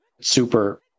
super